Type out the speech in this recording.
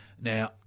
Now